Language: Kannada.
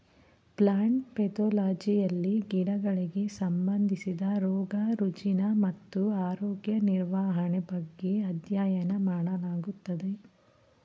ಪ್ಲಾಂಟ್ ಪೆದೊಲಜಿಯಲ್ಲಿ ಗಿಡಗಳಿಗೆ ಸಂಬಂಧಿಸಿದ ರೋಗ ರುಜಿನ ಮತ್ತು ಆರೋಗ್ಯ ನಿರ್ವಹಣೆ ಬಗ್ಗೆ ಅಧ್ಯಯನ ಮಾಡಲಾಗುತ್ತದೆ